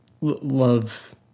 love